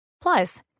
Plus